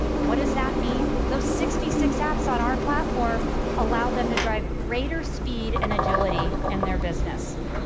what does that mean? those sixty six apps on our platform allow them to drive greater speed and agility in their business.